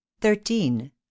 thirteen